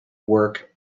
work